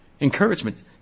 encouragement